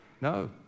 no